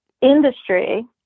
industry